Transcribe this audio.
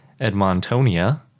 Edmontonia